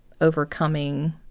overcoming